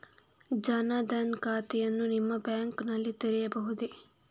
ಜನ ದನ್ ಖಾತೆಯನ್ನು ನಿಮ್ಮ ಬ್ಯಾಂಕ್ ನಲ್ಲಿ ತೆರೆಯಬಹುದೇ?